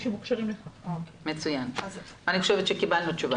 אני חושבת שקיבלנו כאן תשובה.